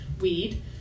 weed